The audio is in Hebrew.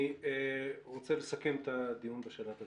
אני רוצה לסכם את הדיון בשלב הזה.